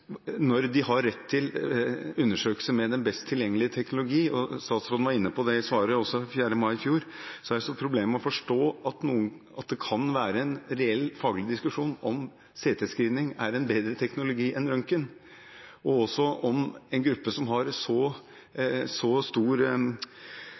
Når de har rett til undersøkelse med den best tilgjengelige teknologi – statsråden var også inne på det i svaret 25. mai i fjor – har jeg problem med å forstå at det kan være en reell faglig diskusjon om CT-screening er en bedre teknologi enn røntgen, og også om det ikke for en slik høyrisikogruppe – med så mange som